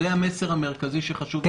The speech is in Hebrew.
זה המסר המרכזי שחשוב.